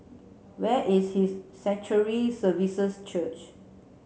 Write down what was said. where is his Sanctuary Services Church